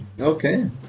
Okay